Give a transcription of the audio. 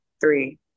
three